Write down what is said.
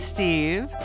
Steve